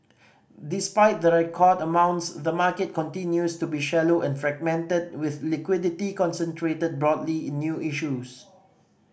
despite the record amounts the market continues to be shallow and fragmented with liquidity concentrated broadly in new issues